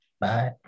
Bye